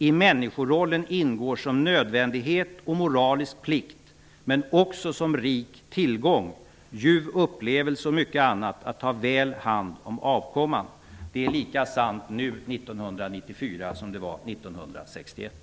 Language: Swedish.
I människorollen ingår som nödvändighet och moralisk plikt men också som rik tillgång, ljuv upplevelse och mycket annat att ta väl hand om avkomman. Det är lika sant nu, 1994, som det var 1961.